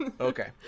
Okay